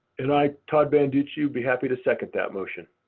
and i, todd banducci, would be happy to second that motion.